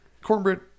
Cornbread